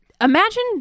imagine